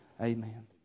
Amen